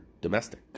domestic